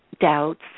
doubts